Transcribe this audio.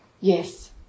Yes